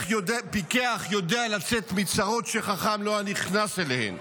פיקח יודע לצאת מצרות שחכם היה לא נכנס אליהן.